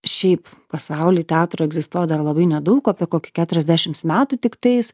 šį pasauly teatro egzistuoja dar labai nedaug apie kokį keturiasdešims metų tiktais